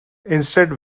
instead